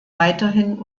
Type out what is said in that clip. weiterhin